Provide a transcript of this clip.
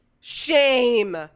shame